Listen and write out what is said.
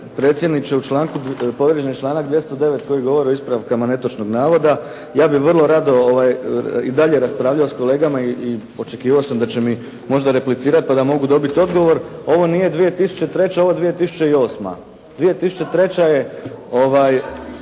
predsjedniče. Povrijeđen je članak 209. koji govori o ispravkama netočnog navoda. Ja bih vrlo rado i dalje raspravljao s kolegama i očekivao sam da će mi možda replicirati, pa da mogu dobiti odgovor. Ovo nije 2003., ovo je 2008. 2003. je,